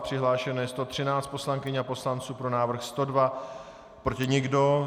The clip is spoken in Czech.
Přihlášeno je 113 poslankyň a poslanců, pro návrh 102, proti nikdo.